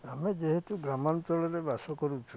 ଆମେ ଯେହେତୁ ଗ୍ରାମାଞ୍ଚଳରେ ବାସ କରୁଛୁ